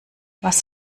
was